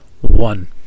one